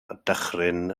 dychryn